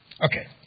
Okay